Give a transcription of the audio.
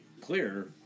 clear